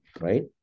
right